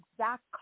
exact